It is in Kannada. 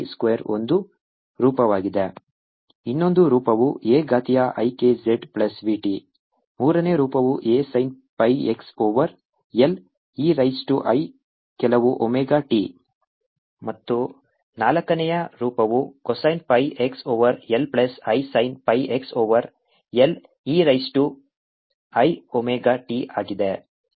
Aexpkx vt2 ಇನ್ನೊಂದು ರೂಪವು A ಘಾತೀಯ i k z plus v t A expikzvt ಮೂರನೇ ರೂಪವು A sin pi x over L e raise to i ಕೆಲವು omega t Asin πxL eiωt ಮತ್ತು ನಾಲ್ಕನೇ ರೂಪವು cosine pi x over L plus i sin pi x over L e raise to I omega t ಆಗಿದೆ